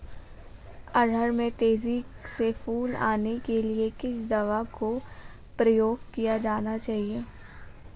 अरहर में तेजी से फूल आने के लिए किस दवा का प्रयोग किया जाना चाहिए?